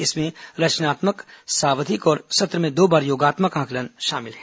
इसमें रचनात्मक सावधिक और सत्र में दो बार योगात्मक आकलन शामिल हैं